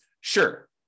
Sure